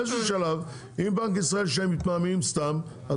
באיזה שהוא שלב אם בנק ישראל יראה שהם מתמהמהים סתם אז